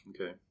Okay